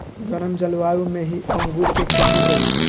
गरम जलवायु में ही अंगूर के खेती होला